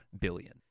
billion